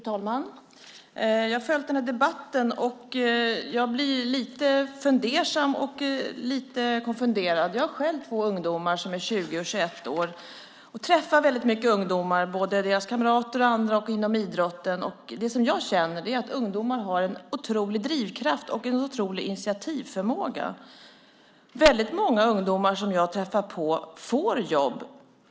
Fru talman! Jag har följt den här debatten. Jag blir lite fundersam och lite konfunderad. Jag har själv två ungdomar som är 20 och 21 år, och jag träffar väldigt mycket ungdomar, deras kamrater och andra. Jag träffar också ungdomar inom idrotten. Det som jag känner är att ungdomar har en otrolig drivkraft och en otrolig initiativförmåga. Väldigt många ungdomar som jag träffar får jobb.